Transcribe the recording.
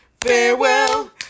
farewell